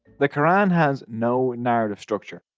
the quran has no narrative structure.